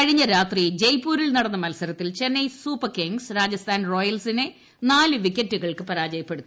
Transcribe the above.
കഴിഞ്ഞ രാത്രി ജയ്പൂരിൽ നടന്ന മത്സരത്തിൽ ചെന്നൈ സൂപ്പർ കിങ്സ് രാജസ്ഥാൻ റോയൽസിനെ നാല് വിക്കറ്റുകൾക്ക് പരാജയപ്പെടുത്തി